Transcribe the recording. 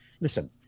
listen